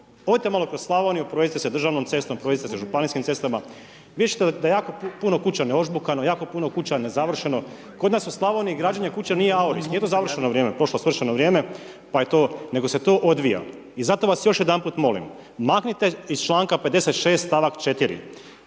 Odite malo kroz Slavonijom, provozite se državnom cestom, provezite se županijskim cestama, vidjeti ćete da je jako puno neožbukano, jako puno kuća nezavršeno, kod nas u Slavoniji građenje kuća nije …/Govornik se ne razumije./… nije to završeno vrijeme, prošlo svršeno vrijeme, pa je to, nego se to odvija. I zato vas još jedanput molim, maknite iz čl. 56. stavak 4.